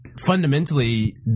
fundamentally